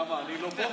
למה, אני לא פה?